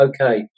okay